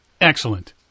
excellent